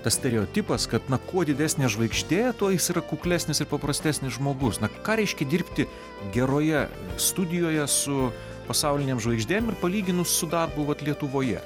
tas stereotipas kad kuo didesnė žvaigždė tuo jis yra kuklesnis ir paprastesnis žmogus na ką reiškia dirbti geroje studijoje su pasaulinėm žvaigždėm ir palyginus su darbu vat lietuvoje